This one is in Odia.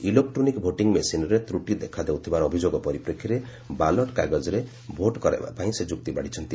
ଇଲେକ୍ଟ୍ରୋନିକ୍ ଭୋଟିଂ ମେସିନ୍ରେ ତ୍ରଟି ଦେଖାଦେଉଥିବାର ଅଭିଯୋଗ ପରିପ୍ରେକ୍ଷୀରେ ବାଲଟ୍ କାଗଜରେ ଭୋଟ୍ କରାଇବା ପାଇଁ ସେ ଯୁକ୍ତି ବାଡ଼ିଛନ୍ତି